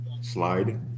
Slide